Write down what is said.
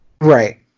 Right